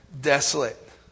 desolate